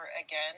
again